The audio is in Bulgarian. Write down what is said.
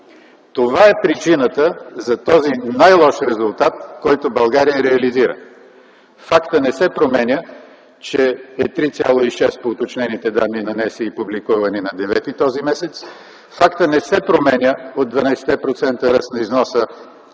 Това е причината за този най-лош резултат, който България реализира. Фактът не се променя, че е 3,6% по уточнените данни на НСИ, публикувани на 9 юни 2010 г. Фактът не се променя от 12-те процента